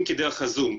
אם כי דרך ה-זום.